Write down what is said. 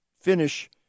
finish